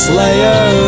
Slayer